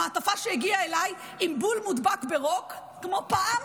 המעטפה הגיעה אליי עם בול מודבק ברוק כמו פעם,